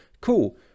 Cool